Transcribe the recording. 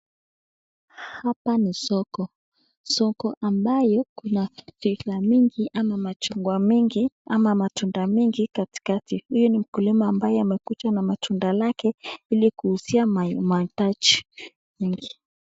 Hapa ni soko, soko ambayo kuna bithaa mingi ama machungwa mengi ama matunda mengi katikati , huyu ni mkulima ambaye amekuja na matunda lake ili kuuzia mahitaji.